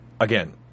again